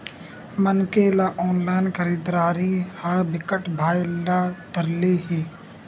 मनखे ल ऑनलाइन खरीदरारी ह बिकट भाए ल धर ले हे